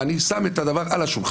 התשובה.